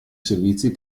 servizi